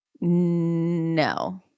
No